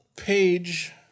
Page